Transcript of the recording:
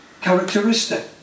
characteristic